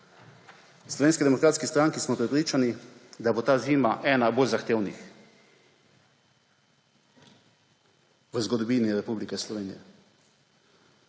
Slovenski demokratski stranki smo prepričani, da bo ta zima ena bolj zahtevnih v zgodovini Republike Slovenije.